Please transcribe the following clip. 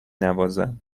نوازم